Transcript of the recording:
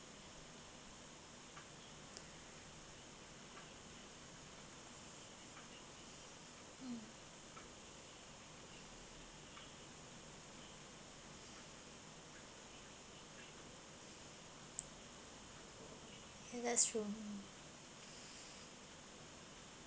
mm ya that's true